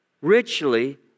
Richly